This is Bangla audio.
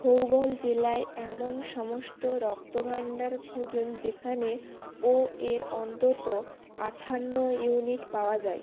থৌবল জেলায় এমন সমস্ত রক্তভাণ্ডার খুঁজুন যেখানে ও এর অন্তত আটান্ন ইউনিট পাওয়া যায়